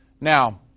now